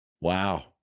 wow